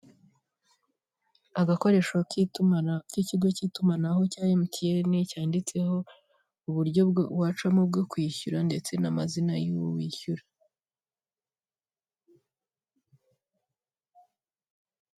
Agakoresho k'ikigo cy'itumanaho cya emutiyene cyanditseho uburyo wacamo bwo kwishyura ndetse n'amazina y'uwo wishyura.